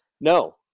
No